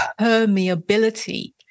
permeability